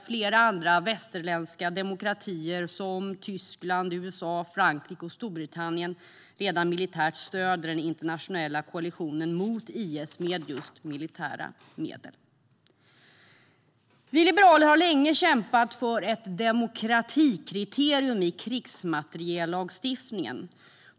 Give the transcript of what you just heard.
Flera andra västerländska demokratier - Tyskland, USA, Frankrike och Storbritannien - stöder redan den internationella koalitionen mot IS med just militära medel. Vi liberaler har länge kämpat för ett demokratikriterium i krigsmateriellagstiftningen.